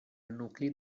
nucli